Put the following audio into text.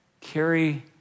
Carry